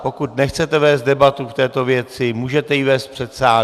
Pokud nechcete vést debatu k této věci, můžete ji vést v předsálí.